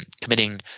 committing